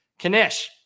Kanish